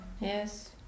yes